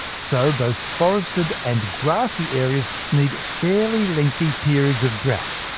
so both forested and grassy areas need fairly lengthy periods of drought,